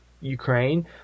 Ukraine